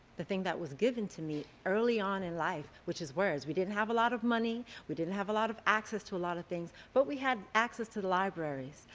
the thing that was given to me early on in life which is words. whereas we didn't have a lot of money, we didn't have a lot of access to a lot of things but we had access to the libraries.